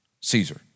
Caesar